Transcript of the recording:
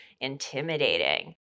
intimidating